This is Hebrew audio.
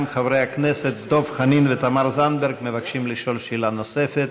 גם חברי הכנסת דב חנין ותמר זנדברג מבקשים לשאול שאלה נוספת.